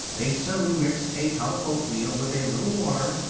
they soon mixed a tub of oatmeal with a little water,